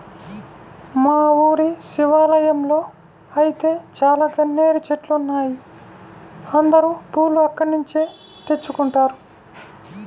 మా ఊరి శివాలయంలో ఐతే చాలా గన్నేరు చెట్లున్నాయ్, అందరూ పూలు అక్కడ్నుంచే తెచ్చుకుంటారు